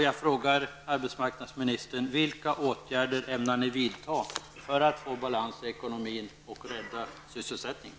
Jag frågar arbetsmarknadsministern: Vilka åtgärder ämnar ni vidta för att få balans i ekonomin och rädda sysselsättningen?